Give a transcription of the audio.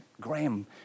Graham